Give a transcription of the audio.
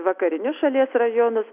vakarinius šalies rajonus